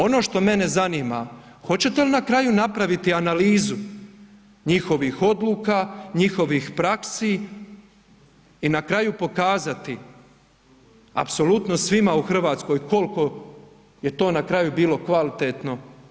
Ono što mene zanima, hoćete li na kraju napraviti analizu njihovih odluka, njihovih praksi i na kraju pokazati apsolutno svima u Hrvatskoj koliko je to na kraju bilo kvalitetno?